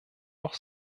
noch